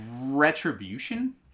Retribution